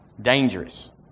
dangerous